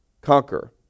conquer